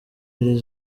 iri